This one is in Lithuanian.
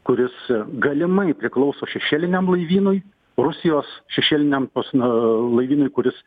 kuris galimai priklauso šešėliniam laivynui rusijos šešėliniam pos na laivynui kuris